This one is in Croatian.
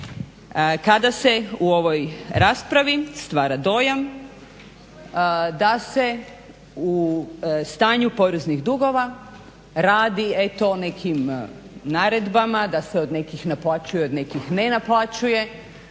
Kada se u ovoj raspravi stvara dojam da se u stanju poreznih dugova radi eto o nekim naredbama, da se od nekih naplaćuje od nekih ne naplaćuje